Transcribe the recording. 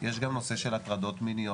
יש גם את הנושא של הטרדות מיניות,